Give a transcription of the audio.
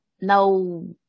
no